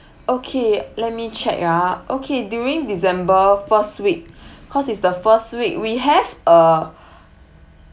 okay let me check ah okay during december first week cause it's the first week we have a